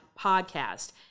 podcast